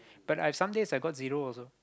but I some days I got zero also